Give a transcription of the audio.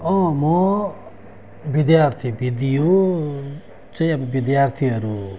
म विद्यार्थी विद यो चाहिँ अब विद्यार्थीहरू